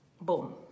Boom